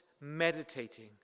meditating